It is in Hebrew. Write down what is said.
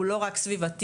הוא לא רק סביבתי,